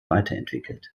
weiterentwickelt